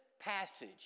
passage